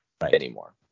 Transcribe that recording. anymore